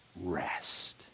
Rest